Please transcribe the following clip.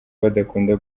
badakunda